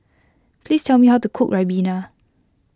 please tell me how to cook Ribena